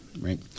right